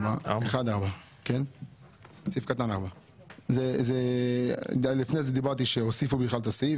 1(4). לפני זה אמרתי שהוסיפו בכלל את הסעיף,